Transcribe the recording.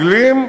האנגלים,